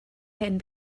hen